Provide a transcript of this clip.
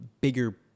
bigger